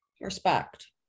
respect